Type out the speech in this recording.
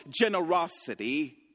generosity